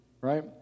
right